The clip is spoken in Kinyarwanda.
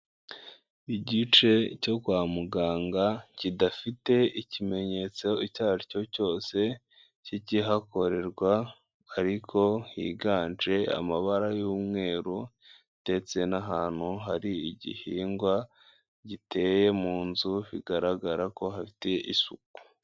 Igice cyo kwa muganga kidafite ikimenyetso icyo aricyo cyose cy'ikihakorerwa, ariko higanje amabara y'umweru ndetse n'ahantu hari igihingwa giteye mu nzu bigaragara ko hafite isuku.